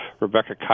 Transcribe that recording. Rebecca